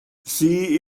see